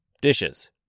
dishes